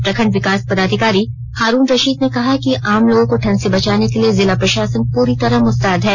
प्रखंड विकास पदाधिकारी हारून रशीद ने कहा है कि आम लोगों को ठंड से बचाने के लिए जिला प्रशासन पूरी तरह मुस्तैद है